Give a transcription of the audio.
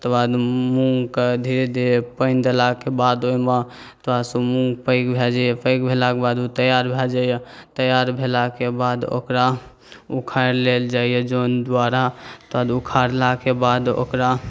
ताहिके बाद मूँगके धीरे धीरे पानि देलाके बाद ओहिमे थोड़ा सा मूँग पैघ भऽ जाइए पैघ भेलाके बाद ओ तैआर भऽ जाइए तैआर भेलाके बाद ओकरा उखाड़ि लेल जाइए जन द्वारा तऽ उखाड़लाके बाद ओकरा